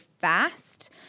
fast